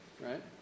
right